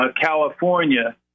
California